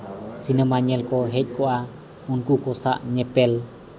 cinema ᱧᱮᱞ ᱠᱚ ᱦᱮᱡ ᱠᱚᱜᱼᱟ ᱩᱱᱠᱩ ᱠᱚ ᱥᱟᱜ ᱧᱮᱯᱮᱞ